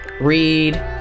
read